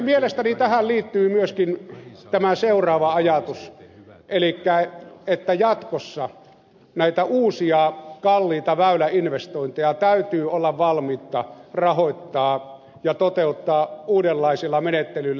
mielestäni tähän liittyy myöskin tämä seuraava ajatus elikkä se että jatkossa näitä uusia kalliita väyläinvestointeja täytyy olla valmiutta rahoittaa ja toteuttaa uudenlaisilla menettelyillä